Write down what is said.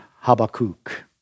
Habakkuk